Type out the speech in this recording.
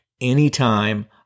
anytime